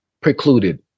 precluded